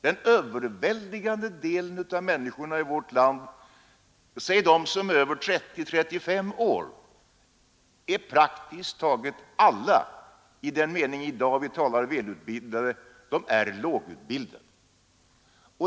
Den överväldigande delen av människorna i vårt land — säg de som är över 30 eller 35 år — är praktiskt taget alla lågutbildade, i den mening vi i dag inlägger i ordet välutbildade.